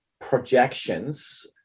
Projections